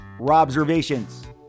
observations